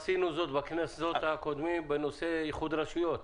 עשינו זאת בכנסות הקודמים בנושא איחוד רשויות.